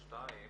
שתיים,